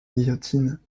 guillotine